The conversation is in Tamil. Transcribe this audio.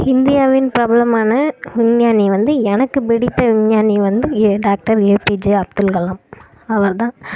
இந்தியாவின் பிரபலமான விஞ்ஞானி வந்து எனக்கு பிடித்த விஞ்ஞானி வந்து ஏ டாக்டர் ஏபிஜெ அப்துல்கலாம் அவர் தான்